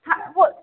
हाँ वो